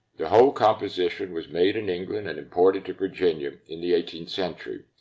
the whole composition was made in england and imported to virginia in the eighteenth century.